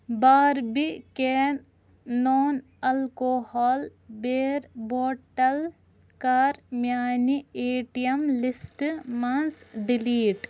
Barbican non alcohol beer bottle کَر میٛانہِ A T M لسٹہٕ منٛز ڈِلیٖٹ